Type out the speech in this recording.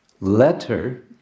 letter